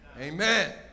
Amen